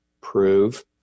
prove